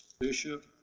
bishop